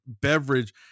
beverage